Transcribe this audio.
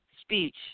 speech